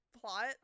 plot